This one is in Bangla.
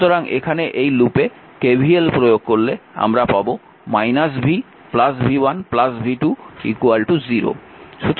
সুতরাং এখানে এই লুপে KVL প্রয়োগ করলে আমরা পাব v v1 v2 0